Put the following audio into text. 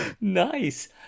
Nice